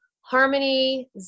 Harmony